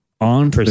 on